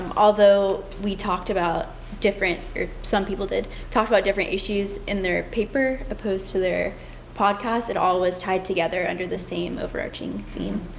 um although we talked about different or some people did, talked about different issues in their paper opposed to their podcasts it all was tied together under the same overarching theme,